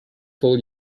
full